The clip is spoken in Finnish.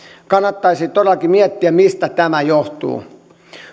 kannattaisi todellakin miettiä mistä tämä johtuu